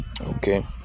Okay